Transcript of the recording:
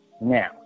Now